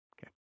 Okay